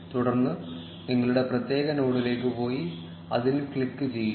തുടർന്ന് നിങ്ങളുടെ പ്രത്യേക നോഡിലേക്ക് പോയി അതിൽ ക്ലിക്ക് ചെയ്യുക